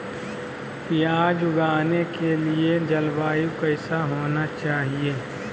प्याज उगाने के लिए जलवायु कैसा होना चाहिए?